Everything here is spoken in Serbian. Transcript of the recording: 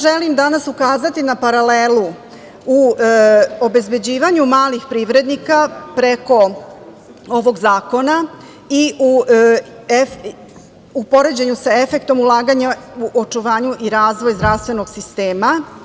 Želim vam danas ukazati na paralelu u obezbeđivanju malih privrednika preko ovog zakona i u poređenju sa efektom ulaganja u očuvanju i razvoju zdravstvenog sistema.